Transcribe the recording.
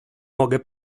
mogę